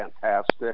fantastic